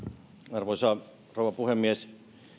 arvoisa rouva puhemies